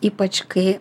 ypač kai